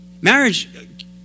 Marriage